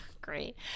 great